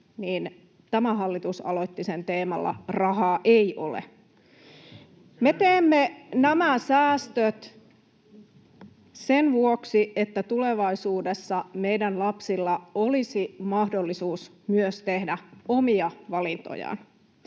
ainakaan pienituloisille! — Ei köyhille!] Me teemme nämä säästöt sen vuoksi, että tulevaisuudessa meidän lapsillamme olisi mahdollisuus myös tehdä omia valintojaan,